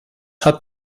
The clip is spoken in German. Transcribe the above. hat